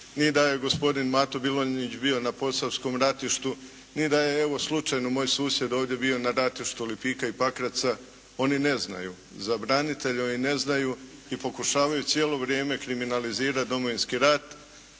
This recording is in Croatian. ni da je gospodin Mato Bilonjić bio na Posavskom ratištu, ni da je evo slučajno moj susjed ovdje bio na ratištu Lipika i Pakraca, oni ne znaju za branitelje, oni ne znaju i pokušavaju cijelo vrijeme kriminalizirat Domovinski rat.